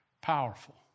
powerful